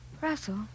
Russell